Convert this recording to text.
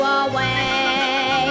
away